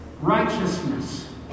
righteousness